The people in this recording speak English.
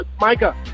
Micah